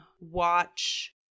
watch